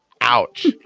Ouch